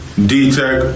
D-Tech